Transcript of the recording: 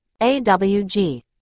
AWG